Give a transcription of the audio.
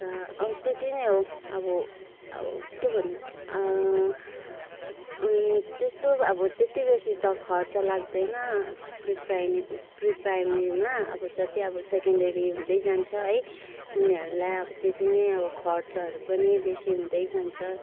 अब त्यति नै हो अब अब के भन्नु त्यस्तो अब त्यति बेसी त खर्च लाग्दैन प्री प्राइमेरी प्री प्राइमेरीमा अब जति अब सेकेन्डरी हुँदै जान्छ है उनीहरूलाई अब त्यति नै खर्चहरू पनि बेसी हुँदै जान्छ